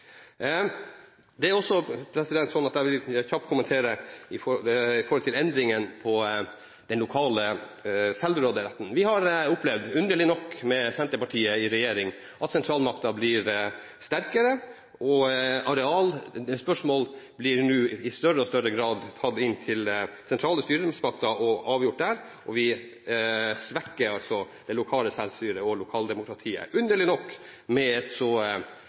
Jeg vil også kjapt kommentere endringen i den lokale selvråderetten. Vi har opplevd – underlig nok med Senterpartiet i regjering – at sentralmakten blir sterkere og at arealspørsmål nå i større og større grad blir tatt inn til sentrale styresmakter og avgjort der. Vi svekker altså det lokale selvstyret og lokaldemokratiet, underlig nok, med et så